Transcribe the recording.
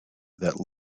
that